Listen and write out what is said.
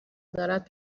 دارد